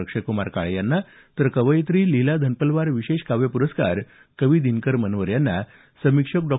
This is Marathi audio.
अक्षयक्मार काळे यांना तर कवयित्री लीला धनपलवार विशेष काव्यप्रस्कार कवी दिनकर मनवर यांना समीक्षक डॉ